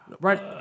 Right